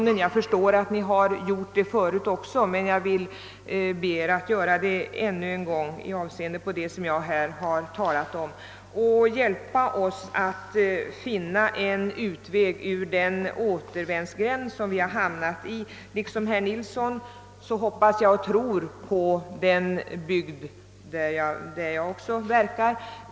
Jag förstår att ni tidigare tänkt över situationen, men jag vill be er att göra det än en gång med avseende på det jag här talat om. Ni måste hjälpa oss att finna en utväg ur den återvändsgränd som vi hamnat i. Liksom herr Nilsson i Östersund hoppas och tror jag på den bygd där jag verkar.